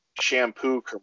shampoo